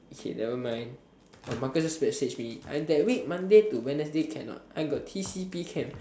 okay nevermind oh Marcus message me I that week monday to wednesday cannot I got t_c_p camp